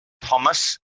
Thomas